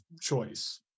choice